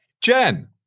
Jen